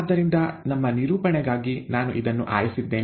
ಆದ್ದರಿಂದ ನಮ್ಮ ನಿರೂಪಣೆಗಾಗಿ ನಾನು ಇದನ್ನು ಆರಿಸಿದ್ದೇನೆ